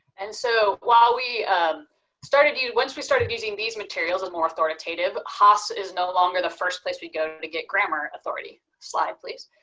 and so while we um started, you know once we started using these materials as more authoritative, haas is no longer the first place we go to get grammar authority. slide please.